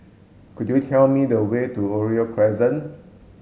could you tell me the way to Oriole Crescent